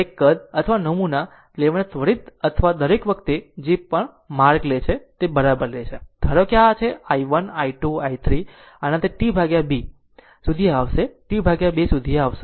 દરેક કદ અથવા નમૂના લેવાના ત્વરિત અથવા દર વખતે જે પણ માર્ગ લે છે તે બરાબર લે છે ધારો કે આ છે I1 I2 i3 આનાથી T 2 સુધી આવશે T 2 સુધી આવશે